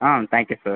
ah thank you sir